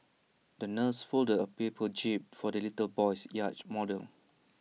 the nurse folded A paper jib for the little boy's yacht model